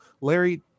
Larry